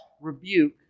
rebuke